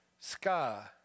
sky